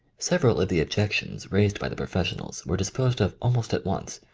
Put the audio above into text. several of the objections raised by the professionals were disposed of almost at once,